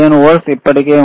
0 ఇప్పటికే ఉంది